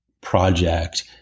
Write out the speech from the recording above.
project